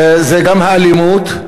זה גם האלימות,